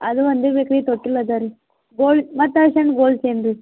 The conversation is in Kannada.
ಅದು ಒಂದೇ ಬೇಕು ರೀ ತೊಟ್ಟಿಲು ಅದ ರೀ ಗೋಲ್ಡ್ ಮತ್ತು ಸಣ್ ಗೋಲ್ಡ್ ಚೈನ್ ರೀ